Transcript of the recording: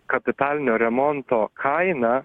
kapitalinio remonto kaina